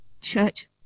Church